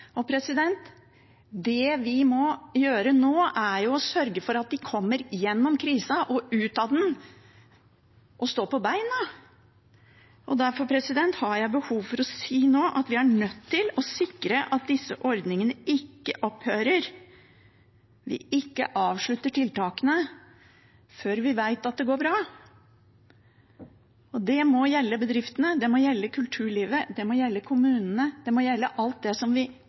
Det vi må gjøre nå, er jo å sørge for at de kommer gjennom krisa og ut av den – og stå på beina. Derfor har jeg behov for å si nå at vi er nødt til å sikre at disse ordningene ikke opphører, at vi ikke avslutter tiltakene, før vi vet at det går bra. Det må gjelde bedriftene, det må gjelde kulturlivet, det må gjelde kommunene, det må gjelde alt det som vi